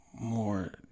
more